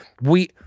we-